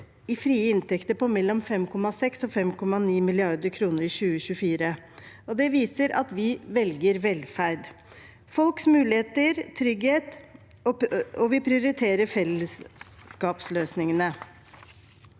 i frie inntekter på mellom 5,6 mrd. kr og 5,9 mrd. kr i 2024, og det viser at vi velger velferd, folks muligheter og trygghet, og vi prioriterer fellesskapsløsningene.